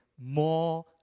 more